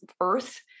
earth